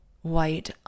white